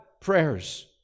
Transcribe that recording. prayers